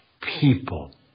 people